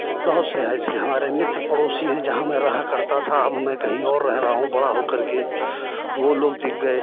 बहुत से है ऐसे हमारे मित्र पड़ोसी हैं जहाँ मैं रहा करता था अब मैं कहीं और रह रहा हूँ बड़ा होकर के वो लोग दिख गए